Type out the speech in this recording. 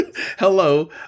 Hello